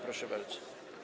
Proszę bardzo.